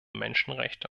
menschenrechte